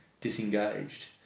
disengaged